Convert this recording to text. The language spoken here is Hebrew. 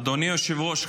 אדוני היושב-ראש,